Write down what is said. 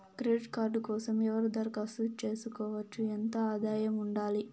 Credit card కోసం ఎవరు దరఖాస్తు చేసుకోవచ్చు? ఎంత ఆదాయం ఉండాలి?